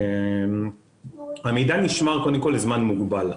קודם כל, המידע נשמר לזמן מוגבל.